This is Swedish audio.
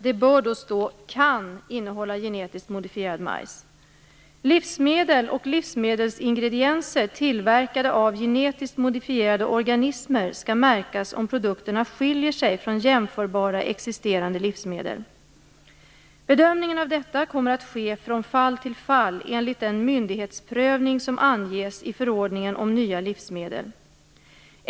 Det bör då stå: "kan innehålla genetiskt modifierad majs." Livsmedel och livsmedelsingredienser tillverkade av genetiskt modifierade organismer skall märkas om produkterna skiljer sig från jämförbara existerande livsmedel. Bedömningen av detta kommer att ske från fall till fall enligt den myndighetsprövning som anges i förordningen om nya livsmedel.